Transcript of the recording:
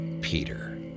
Peter